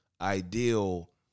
ideal